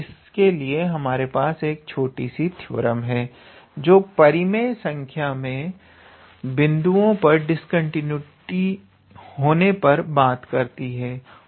और इसके लिए हमारे पास एक छोटी थ्योरम है जो परिमेय संख्या में बिंदुओं पर डिस्कंटीन्यूटी होने पर बात करती हैं